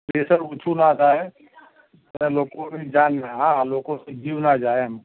pressure ઓછું ના થાય અને લોકોની જાન ને હા લોકોનો જીવ ના જાય એમ